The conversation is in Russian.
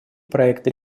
проекта